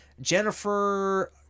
Jennifer